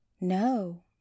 no